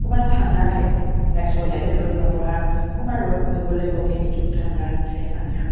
অকণমান ঠাণ্ডা ঠাইত ৰাখিব লাগে ৰ'দ নপৰা অকণমান ৰ'দ পৰিবলৈ বৰকৈ নিদিওঁ ঠাণ্ডা ঠাইত আমি ৰাখোঁ